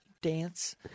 dance